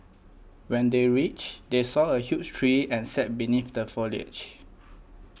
when they reached they saw a huge tree and sat beneath the foliage